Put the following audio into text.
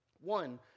One